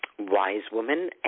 wisewoman